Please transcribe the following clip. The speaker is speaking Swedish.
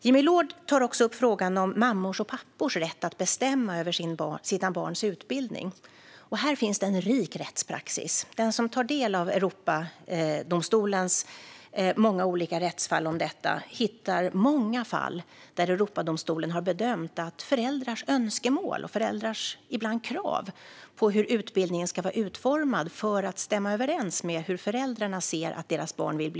Jimmy Loord tar också upp frågan om mammors och pappors rätt att bestämma över sina barns utbildning. Här finns en rik rättspraxis. Den som tar del av Europadomstolens många olika rättsfall hittar många fall där domstolen har bedömt att föräldrars önskemål och ibland krav när det gäller hur utbildningen ska vara utformad för att stämma överens med hur de vill att deras barn ska bli uppfostrade ibland får stå tillbaka.